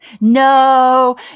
No